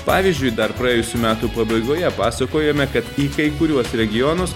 pavyzdžiui dar praėjusių metų pabaigoje pasakojome kad į kai kuriuos regionus